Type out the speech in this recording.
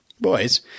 boys